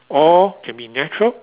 or can be natural